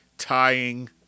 Tying